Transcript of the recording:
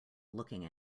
looking